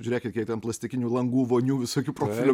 žiūrėkit kiek ten plastikinių langų vonių visokių profilių